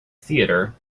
theater